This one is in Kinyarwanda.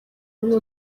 ubumwe